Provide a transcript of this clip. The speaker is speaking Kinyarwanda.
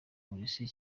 polisi